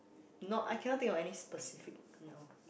not I cannot think of any specific you know